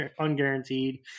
unguaranteed